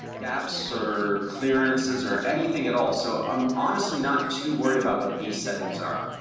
gaps or clearances or anything at all. so i'm honestly not too worried about what these settings are.